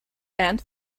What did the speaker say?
and